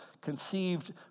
conceived